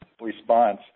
response